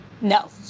no